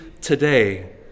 today